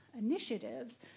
initiatives